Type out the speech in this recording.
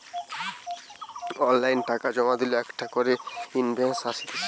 online টাকা জমা দিলে একটা করে ইনভয়েস আসতিছে